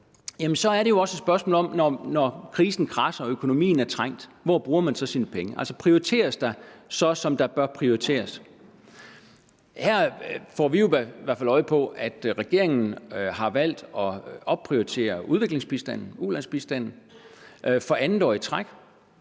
man bruger sine penge, når krisen kradser og økonomien er trængt. Altså, prioriteres der så, som der bør prioriteres? Her får vi jo i hvert fald øje på, at regeringen har valgt at opprioritere udviklingsbistanden, ulandsbistanden, for andet år i træk,